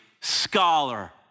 scholar